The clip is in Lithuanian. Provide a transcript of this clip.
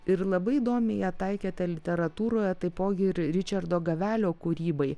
ir labai įdomiai ją taikėte literatūroje taipogi ir ričardo gavelio kūrybai